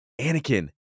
Anakin